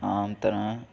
ਆਮ ਤਰ੍ਹਾਂ